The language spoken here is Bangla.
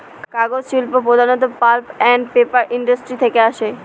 কাগজ শিল্প প্রধানত পাল্প আন্ড পেপার ইন্ডাস্ট্রি থেকে আসে